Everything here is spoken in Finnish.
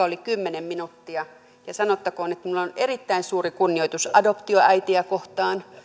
oli kymmenen minuuttia että minulla on erittäin suuri kunnioitus adoptioäitejä kohtaan